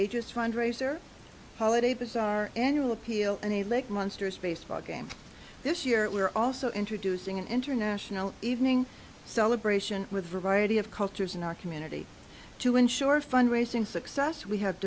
ages fundraiser holiday bazaar annual appeal and a lake monsters baseball game this year we're also introducing an international evening celebration with variety of cultures in our community to ensure fundraising success we have